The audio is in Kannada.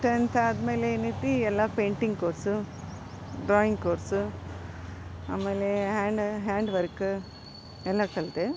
ಟೆಂತ್ ಆದಮೇಲೆ ಏನೈತೆ ಎಲ್ಲ ಪೇಂಟಿಂಗ್ ಕೋರ್ಸ್ ಡ್ರಾಯಿಂಗ್ ಕೋರ್ಸ್ ಆಮೇಲೆ ಹ್ಯಾಂಡ್ ಹ್ಯಾಂಡ್ ವರ್ಕ್ ಎಲ್ಲ ಕಲಿತೆ